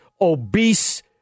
obese